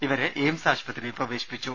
ഇവരെ എയിംസ് ആശുപത്രിയിൽ പ്രവേശിപ്പിച്ചു